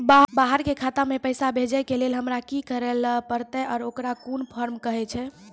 बाहर के खाता मे पैसा भेजै के लेल हमरा की करै ला परतै आ ओकरा कुन फॉर्म कहैय छै?